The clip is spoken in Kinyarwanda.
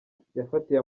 yafatiye